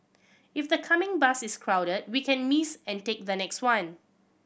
if the coming bus is crowded we can miss and take the next one